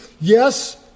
yes